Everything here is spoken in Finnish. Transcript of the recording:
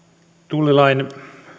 tullilain